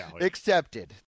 accepted